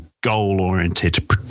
goal-oriented